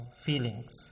feelings